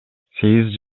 сегиз